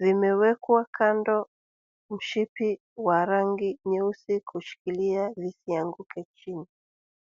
Vimewekwa kando mshipi wa rangi nyeusi kushikilia isianguke chini.